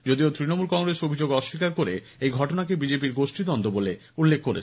যদিও তৃণমূল কংগ্রেস অভিযোগ অস্বীকার করে এই ঘটনাকে বিজেপি র গোষ্ঠীদ্বন্দ্ব বলে উল্লেখ করেছে